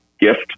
gift